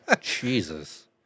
Jesus